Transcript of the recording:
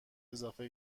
اضافه